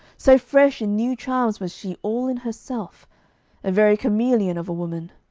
so fresh in new charms was she all in herself a very chameleon of a woman,